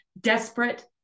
desperate